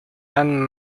ann